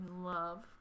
love